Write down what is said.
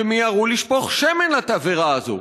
שמיהרו לשפוך שמן לתבערה הזו,